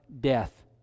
death